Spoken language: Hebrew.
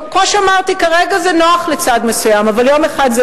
כמו שאמרתי,